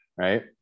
Right